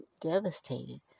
devastated